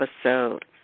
episode